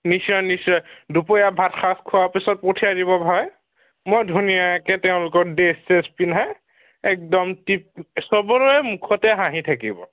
নিশ্চয় নিশ্চয় দুপৰীয়া ভাত সাঁজ খোৱাৰ পিছত পঠিয়াই দিব ভাই মই ধুনীয়াকৈ তেওঁলোকক ড্ৰেছ ছেছ পিন্ধাই একদম টিপ চবৰে মুখতে হাঁহি থাকিব